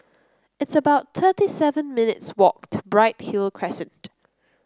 it's about thirty seven minutes' walk to Bright Hill Crescent